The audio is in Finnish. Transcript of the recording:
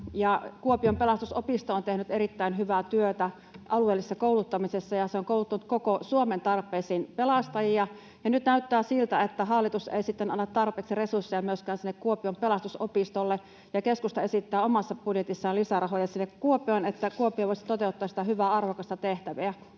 Kuopion Pelastusopisto on tehnyt erittäin hyvää työtä alueellisessa kouluttamisessa, ja se on kouluttanut koko Suomen tarpeisiin pelastajia. Ja nyt näyttää siltä, että hallitus ei sitten anna tarpeeksi resursseja myöskään sinne Kuopion Pelastusopistolle. Keskusta esittää omassa budjetissaan lisärahoja sinne Kuopioon, että Kuopio voisi toteuttaa sitä hyvää, arvokasta tehtävää,